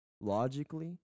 logically